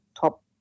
top